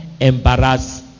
embarrass